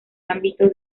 ámbito